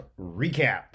recap